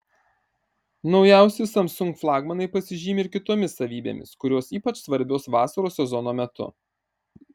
naujausi samsung flagmanai pasižymi ir kitoms savybėmis kurios ypač svarbios vasaros sezono metu